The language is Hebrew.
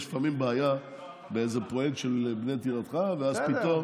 יש לפעמים בעיה באיזה פרויקט של "בנה דירתך" בסדר,